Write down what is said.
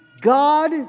God